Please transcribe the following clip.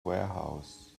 warehouse